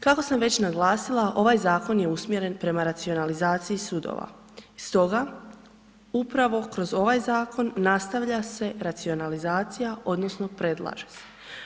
Kako sam već naglasila ovaj zakon je usmjeren prema racionalizaciji sudova, stoga upravo kroz ovaj zakon nastavlja se racionalizacija odnosno predlaže se.